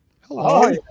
Hello